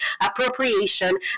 appropriation